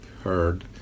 heard